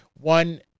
One